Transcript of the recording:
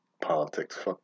politics